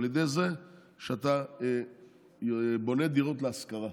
על ידי זה שאתה בונה דירות להשכרה.